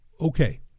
okay